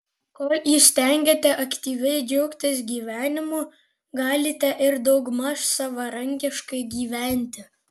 kol įstengiate aktyviai džiaugtis gyvenimu galite ir daugmaž savarankiškai gyventi